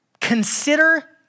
Consider